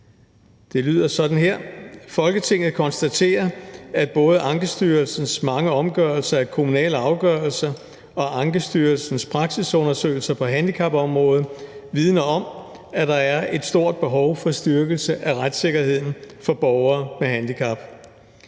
til vedtagelse »Folketinget konstaterer, at både Ankestyrelsens mange omgørelser af kommunale afgørelser og Ankestyrelsens praksisundersøgelser på handicapområdet vidner om, at der er et stort behov for styrkelse af retssikkerheden for borgere med handicap.